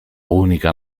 unica